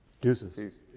Deuces